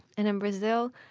and in brazil,